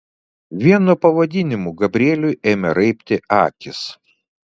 vien nuo pavadinimų gabrieliui ėmė raibti akys